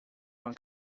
uma